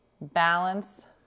balance